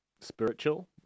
spiritual